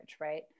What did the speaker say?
right